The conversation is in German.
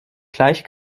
gleich